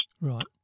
Right